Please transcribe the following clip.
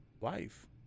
life